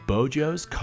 Bojo's